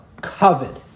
covet